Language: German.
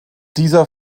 dieser